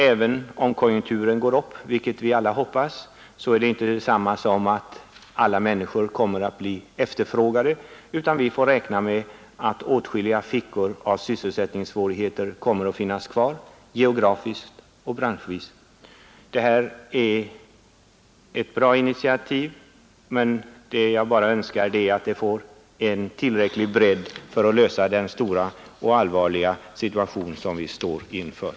Även om konjunkturen går upp, vilket vi alla hoppas, kommer inte alla människor att bli efterfrågade, utan vi får räkna med att olika fickor av sysselsättningssvårigheter kommer att finnas kvar, geografiskt och branschvis. Detta är ett bra initiativ, och jag önskar att det skall få en tillräcklig bredd för att lösa de stora och allvarliga problem som vi står inför.